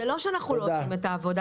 זה לא שאנחנו לא עושים את העבודה.